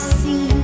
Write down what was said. see